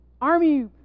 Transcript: army